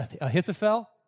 Ahithophel